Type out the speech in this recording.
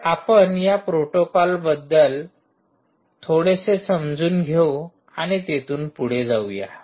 तर आपण या प्रोटोकॉलपैकी थोडेसे समजून घेऊ आणि तेथून पुढे जाऊया